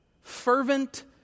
Fervent